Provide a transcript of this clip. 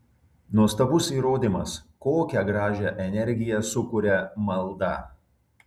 nuostabus įrodymas kokią gražią energiją sukuria malda